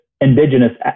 indigenous